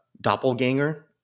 doppelganger